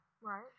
Right